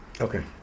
Okay